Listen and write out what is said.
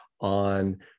on